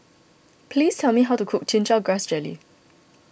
please tell me how to cook Chin Chow Grass Jelly